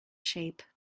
shape